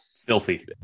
Filthy